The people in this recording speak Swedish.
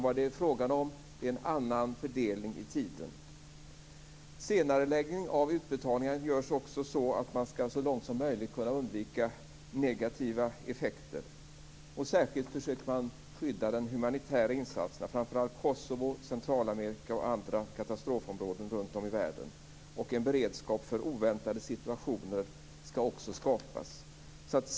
Vad det är fråga om är en annan fördelning i tiden. Senareläggningen av utbetalningarna görs också så att man så långt som möjligt skall kunna undvika negativa effekter. Särskilt försöker man skydda de humanitära insatserna, framför allt i Kosovo, Centralamerika och andra katastrofområden runt om i världen. En beredskap för oväntade situationer skall också skapas.